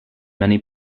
many